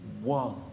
one